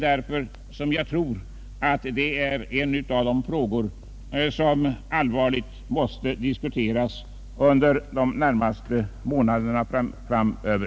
Det är en av de frågor som allvarligt måste diskuteras under de närmaste månaderna framöver.